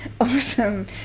Awesome